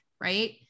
right